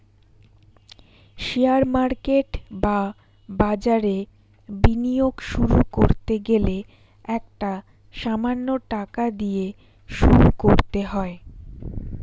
share market বা বাজারে বিনিয়োগ শুরু করতে গেলে একটা সামান্য টাকা দিয়ে শুরু করতে হয়